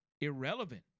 irrelevant